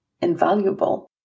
invaluable